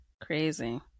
crazy